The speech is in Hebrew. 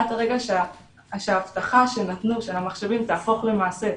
עד הרגע שההבטחה שנתנו לגבי המחשבים תהפוך למעשה,